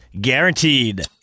guaranteed